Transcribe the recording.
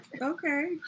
okay